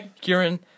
Kieran